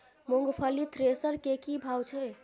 मूंगफली थ्रेसर के की भाव छै?